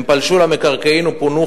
הם פלשו למקרקעין ופונו,